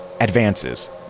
advances